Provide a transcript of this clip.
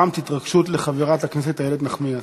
גרמת התרגשות לחברת הכנסת איילת נחמיאס,